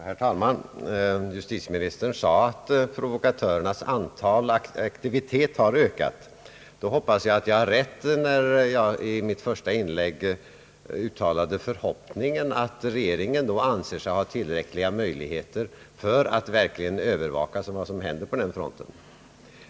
Herr talman! Justitieministern sade att provokatörernas aktivitet har ökat. Jag hoppas därför att jag hade rätt när jag i mitt första inlägg uttalade förhoppningen att regeringen anser sig ha tillräckliga möjligheter att verkligen övervaka vad som händer på den fronten.